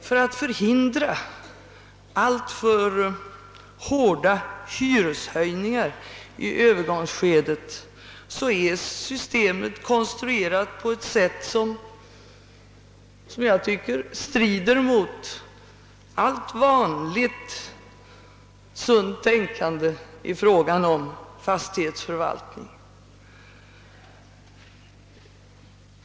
För att förhindra alltför stora hyreshöjningar i övergångsskedet är systemet konstruerat på ett sätt som jag tycker strider mot allt vanligt sunt tänkande i fråga om fastighetsförvaltning.